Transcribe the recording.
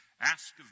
Ask